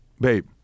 babe